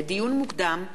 לדיון מוקדם: